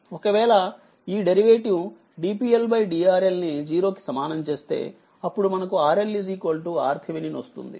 ఒకవేళ ఈ derivative dPL dRL ని 0 కి సమానం చేస్తే అప్పుడు మనకు RLRThevenin వస్తుంది